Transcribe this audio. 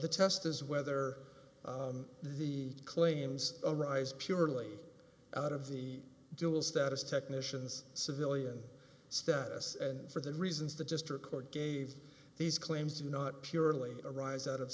the test is whether the claims arise purely out of the dual status technician's civilian status and for the reasons the just record gave these claims to not purely arise out of